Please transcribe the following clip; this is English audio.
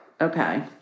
Okay